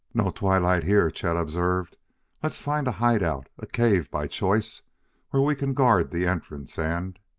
no twilight here, chet observed let's find a hide-out a cave, by choice where we can guard the entrance and